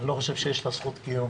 אין לה זכות קיום